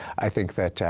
i think that